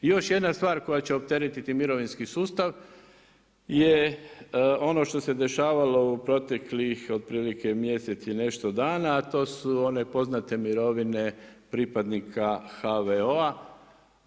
I još jedna stvar koja će opteretiti mirovinski sustav je ono što se dešavalo u proteklih otprilike mjesec i pol dana a to su one poznate mirovine pripadnika HVO-a.